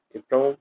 Então